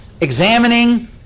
examining